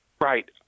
Right